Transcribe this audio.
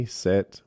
set